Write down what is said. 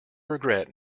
regret